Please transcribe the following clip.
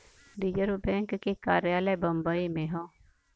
reserve bank के कार्यालय बम्बई में हौ